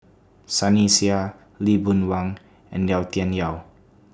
Sunny Sia Lee Boon Wang and Yau Tian Yau